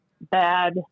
bad